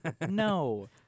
No